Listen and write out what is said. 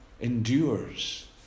endures